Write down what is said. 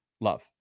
love